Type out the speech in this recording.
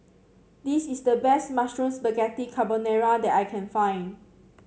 this is the best Mushroom Spaghetti Carbonara that I can find